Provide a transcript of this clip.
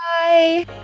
Bye